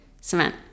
cement